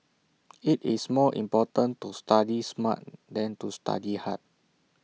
IT is more important to study smart than to study hard